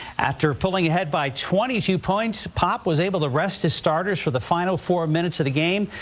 after pulling ahead by twenty two point, pop was able to rest his starters for the final four minutes of the game.